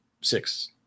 six